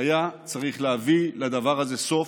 היה צריך להביא לדבר הזה סוף,